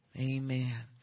Amen